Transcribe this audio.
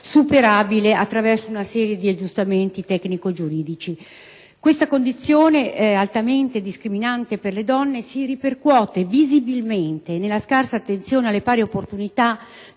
superabile attraverso una serie di aggiustamenti tecnico-giuridici. Questa condizione altamente discriminante per le donne si ripercuote visibilmente nella scarsa attenzione alle pari opportunità